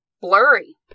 blurry